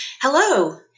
Hello